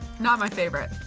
not my favorite,